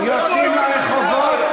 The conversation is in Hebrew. יוצאים לרחובות,